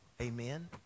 amen